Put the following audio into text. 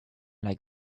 like